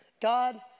God